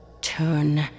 Turn